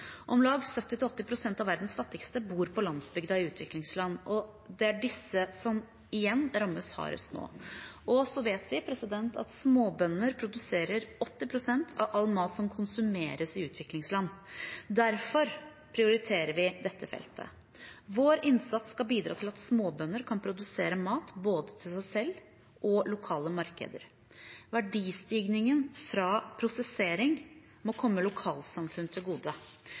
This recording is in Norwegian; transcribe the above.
Om lag 70–80 pst. av verdens fattigste bor på landsbygden i utviklingsland. Det er disse som nå igjen rammes hardest. Vi vet at småbønder produserer 80 pst. av all mat som konsumeres i utviklingsland. Derfor prioriterer vi dette feltet. Vår innsats skal bidra til at småbønder kan produsere mat både til seg selv og til lokale markeder. Verdistigningen fra prosessering må komme lokalsamfunn til gode.